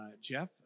Jeff